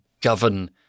govern